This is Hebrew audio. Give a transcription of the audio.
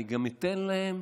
אני גם אתן להם